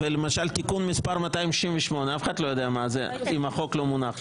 ולמשל תיקון מס' 2268 אף אחד לא יודע מה זה אם החוק לא מונח לפניו.